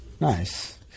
Nice